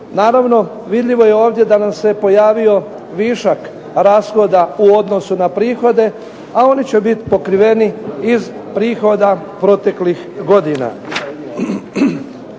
Naravno, vidljivo je ovdje da nam se pojavio višak rashoda u odnosu na prihode, a oni će biti pokriveni iz prihoda proteklih godina.